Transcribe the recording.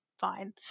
fine